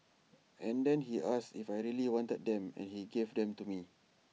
and then he asked if I really wanted them and he gave them to me